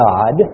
God